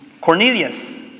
Cornelius